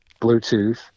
Bluetooth